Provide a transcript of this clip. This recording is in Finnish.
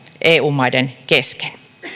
eu maiden kesken